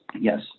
Yes